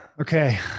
Okay